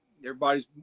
everybody's